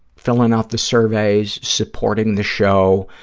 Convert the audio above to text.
filling out the surveys, supporting the show.